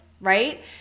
right